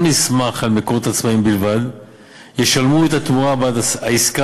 נסמך על מקורות עצמאיים בלבד ישלמו את התמורה בעד העסקה